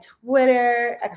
twitter